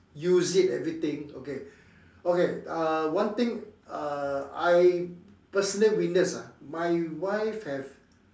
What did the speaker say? use it everything okay okay uh one thing uh I personally witness ah my wife have